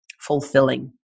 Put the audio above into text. fulfilling